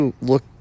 look